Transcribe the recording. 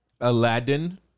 Aladdin